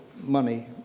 money